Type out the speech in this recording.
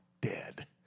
dead